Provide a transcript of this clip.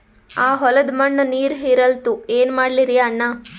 ಆ ಹೊಲದ ಮಣ್ಣ ನೀರ್ ಹೀರಲ್ತು, ಏನ ಮಾಡಲಿರಿ ಅಣ್ಣಾ?